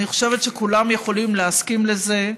אני חושבת שכולם יכולים להסכים לזה.